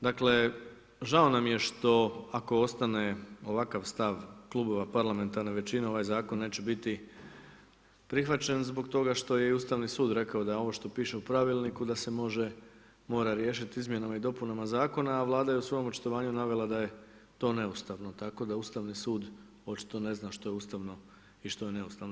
Dakle, žao nam je što, ako ostane ovakav stav klubova parlamentarne većine, ovaj Zakon neće biti prihvaćen zbog toga što je i Ustavni sud rekao da je ovo što piše u Pravilniku, da se može, mora riješiti izmjenama i dopunama Zakona, a Vlada je u svom očitovanju navela da je to neustavno, tako da Ustavni sud očito ne zna što je ustavno i što je neustavno.